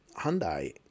Hyundai